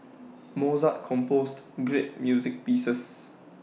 Mozart composed great music pieces